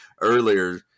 earlier